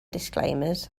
disclaimers